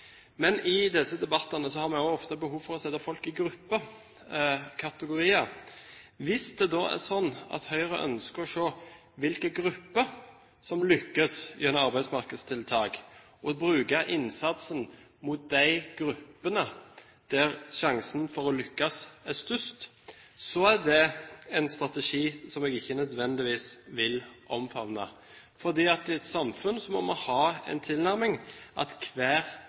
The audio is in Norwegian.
Men i disse debattene har en også behov for å sette folk i grupper, kategorier. Hvis det da er sånn at Høyre ønsker å se hvilke grupper som lykkes gjennom arbeidsmarkedstiltak, og bruke innsatsen mot de gruppene der sjansen for å lykkes er størst, er det en strategi som jeg ikke nødvendigvis vil omfavne. I samfunnet må vår tilnærming være at hvert enkelt individ skal få sin mulighet. Ja, selv for dem som vi kanskje tror at